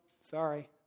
sorry